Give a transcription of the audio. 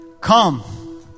Come